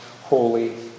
holy